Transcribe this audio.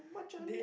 Dee~